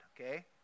okay